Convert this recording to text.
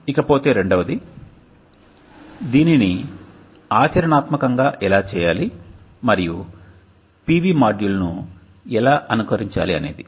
ఇకపోతే రెండవది దీనిని ఆచరణాత్మకంగా ఎలా చేయాలి మరియు పివి మాడ్యూల్ను ఎలా అనుకరించాలి అనేది